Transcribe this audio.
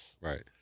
Right